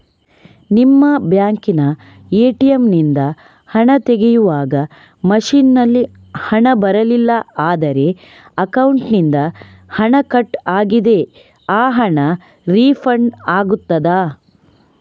ನಿಮ್ಮ ಬ್ಯಾಂಕಿನ ಎ.ಟಿ.ಎಂ ನಿಂದ ಹಣ ತೆಗೆಯುವಾಗ ಮಷೀನ್ ನಲ್ಲಿ ಹಣ ಬರಲಿಲ್ಲ ಆದರೆ ಅಕೌಂಟಿನಿಂದ ಹಣ ಕಟ್ ಆಗಿದೆ ಆ ಹಣ ರೀಫಂಡ್ ಆಗುತ್ತದಾ?